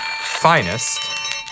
finest